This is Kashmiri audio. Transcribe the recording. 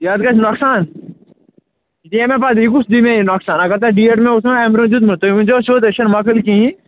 یَتھ گژھِ نۄقصان یہِ دِیا مےٚ پَتہٕ یہِ کُس دِیہِ مےٚ یہِ نۄقصان اَگر تۄہہِ ڈیٹ مےٚ اوسمو اَمہِ برٛونٛٹھ دیُتمُت تُہۍ ؤنۍزِہو سیوٚد أسۍ چھِنہٕ مۄکٕلۍ کِہیٖنٛۍ